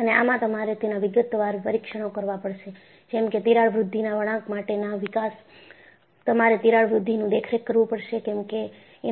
અને આમાં તમારે તેના વિગતવાર પરીક્ષણો કરવા પડશે જેમકે તિરાડ વૃદ્ધિના વળાંક માટે ના વિકાસ તમારે તિરાડ વૃદ્ધિ નું દેખરેખ કરવું પડશે કેમ કે